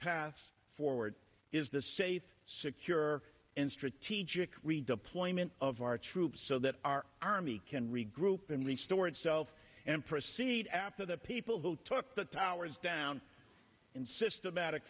path forward is the safe secure and strategic redeployment of our troops so that our army can regroup and restore itself and proceed after the people who took the towers down in